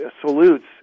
salutes